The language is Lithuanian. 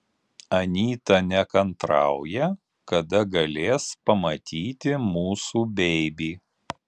anyta nekantrauja kada galės pamatyti mūsų beibį